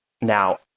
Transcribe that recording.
Now